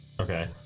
Okay